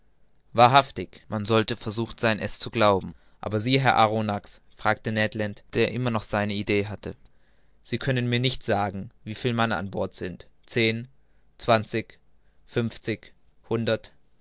wahrhaftig man sollte versucht sein es zu glauben aber sie herr arronax fragte ned land der noch immer seine idee hatte sie können mir nicht sagen wie viel mann an bord sind zehn zwanzig fünfzig hundert